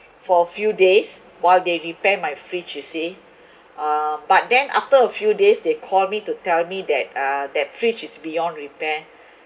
for a few days while they repair my fridge you see um but then after a few days they call me to tell me that uh that fridge is beyond repair